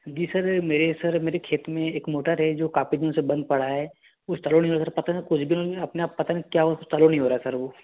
जी sir मेरे sir मेरे खेत में एक मोटर है जो काफ़ी दिनों से बंद पड़ा है वह चालू नहीं हो रहा है पता नहीं कुछ दिनों में अपने आप पता नहीं क्या हुआ सर चालू नहीं हो रहा सर वह